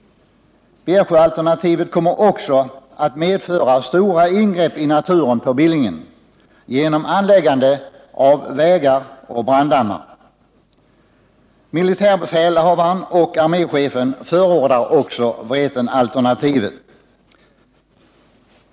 Detta kommer också att medföra stora ingrepp i naturen på Billingen genom anläggande av vägar och branddammar. Militärbefälhavaren och arméchefen förordar också Vretenalternativet.